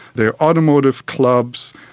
the automotive clubs,